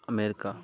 America